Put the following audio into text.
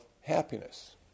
happiness